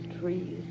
trees